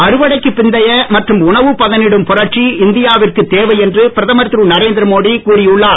அறுவடைக்கு பிந்தைய மற்றும் உணவு பதனிடும் புரட்சி இந்தியாவிற்கு தேவை என்று பிரதமர் திரு நரேந்திர மோடி கூறி உள்ளார்